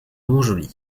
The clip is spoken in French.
montjoly